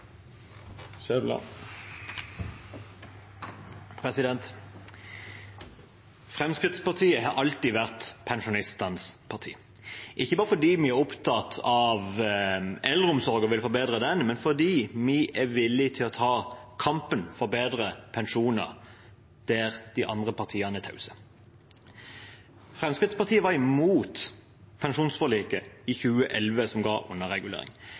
Fremskrittspartiet har alltid vært pensjonistenes parti, ikke bare fordi vi er opptatt av eldreomsorg og vil forbedre den, men fordi vi er villig til å ta kampen for bedre pensjoner der de andre partiene er tause. Fremskrittspartiet var imot pensjonsforliket i 2011, som ga underregulering